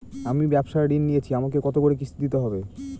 আমি ব্যবসার ঋণ নিয়েছি আমাকে কত করে কিস্তি দিতে হবে?